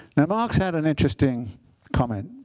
now marx had an interesting comment,